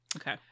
okay